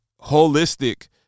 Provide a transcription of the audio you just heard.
holistic